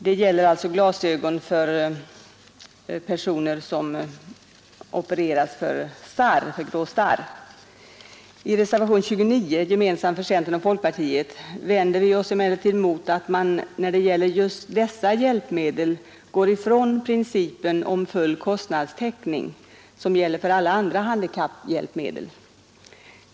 Det gäller alltså glasögon för personer som opererats för grå starr. I reservationen 29, gemensam för centern och folkpartiet, vänder vi oss emellertid mot att man när det gäller just dessa hjälpmedel gått ifrån principen om full kostnadstäckning, som gäller för alla andra hjälpmedel för handikappade.